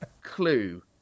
clue